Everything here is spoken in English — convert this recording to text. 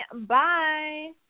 bye